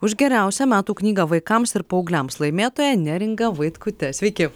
už geriausią metų knygą vaikams ir paaugliams laimėtoja neringa vaitkute sveiki